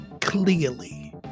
clearly